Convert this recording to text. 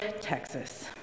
Texas